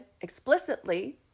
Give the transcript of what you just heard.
explicitly